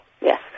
Yes